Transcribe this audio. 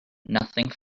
nothing